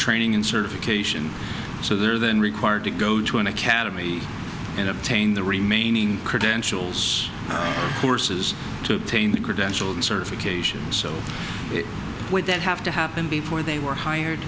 training and certification so there than required to go to an academy in obtain the remaining credentials courses to tame the credentialed certification so would that have to happen before they were hired